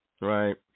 Right